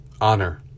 Honor